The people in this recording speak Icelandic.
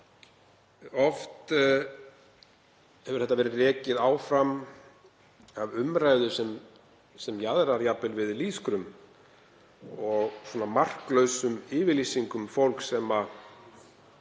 Oft hefur þetta verið rekið áfram af umræðu sem jaðrar jafnvel við lýðskrum og marklausum yfirlýsingum fólks sem á